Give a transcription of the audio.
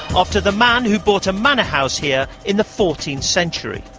after the man who bought a manor house here in the fourteenth century.